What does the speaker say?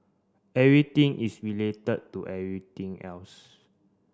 everything is related to everything else